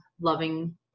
loving